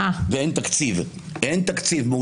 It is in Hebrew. ואין תקציב מאושר,